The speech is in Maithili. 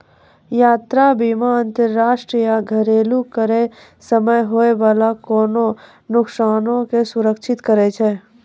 यात्रा बीमा अंतरराष्ट्रीय या घरेलु यात्रा करै समय होय बाला कोनो नुकसानो के सुरक्षित करै छै